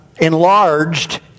enlarged